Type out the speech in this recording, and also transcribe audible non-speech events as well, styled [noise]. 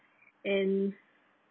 and [breath]